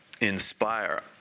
inspire